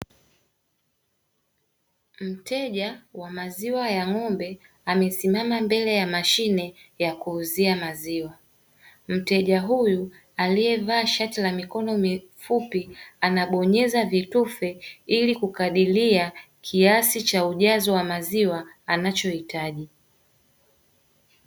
Mteja wa maziwa ya ng'ombe amesimama mbele ya mashine ya kuuzia maziwa wa mteja huyu, aliyevaa shati la mikono mifupi anabonyeza vitufe ili kukadiria kiasi cha ujazo wa maziwa anachohitaji.